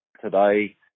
today